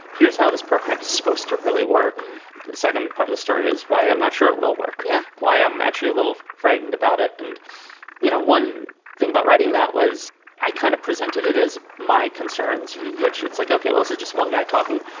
here's how this program is supposed to really work. the second part of the story is why i'm not sure it will work. yeah why? i'm actually a little frightened about it. and you know, one thing about writing that was i kind of presented it as my concerns, which it's like, okay. was it just one guy talking?